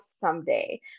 someday